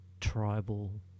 tribal